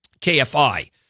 KFI